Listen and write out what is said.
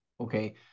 okay